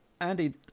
Andy